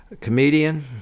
Comedian